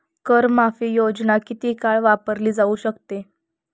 कर माफी योजना किती काळ वापरली जाऊ शकते?